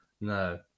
No